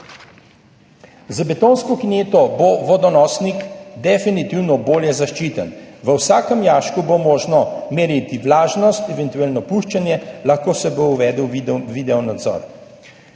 Z betonsko kineto bo vodonosnik definitivno bolje zaščiten. V vsakem jašku bo možno meriti vlažnost, eventualno puščanje, lahko se bo uvedel videonadzor.